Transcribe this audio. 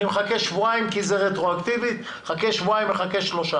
אני מחכה שבועיים כי זה רטרואקטיבי - נחכה שבועיים-שלושה.